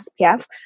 SPF